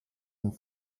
and